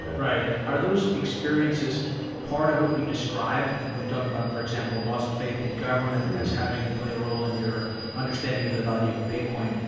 yeah are those experiences part of what you describe when you talk about, for example, loss of faith in government and as having played a role in your understanding of the value of bitcoin.